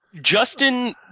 Justin